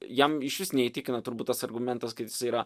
jam išvis neįtikina turbūt tas argumentas kad jis yra